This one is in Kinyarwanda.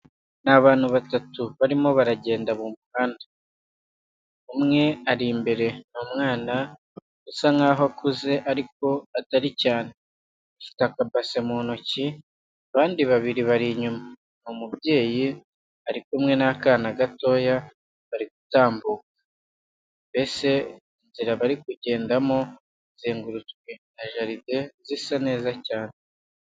Ni abantu batatu barimo baragenda mu muhanda, umwe ari imbere ni umwana usa nkaho akuze ariko atari cyane, afite akabase mu ntoki. Abandi babiri bari inyuma, umubyeyi ari kumwe n'akana gatoya bari gutambuka, mbese inzira bari kugendamo izengurutswe na jaride zisa neza cyane.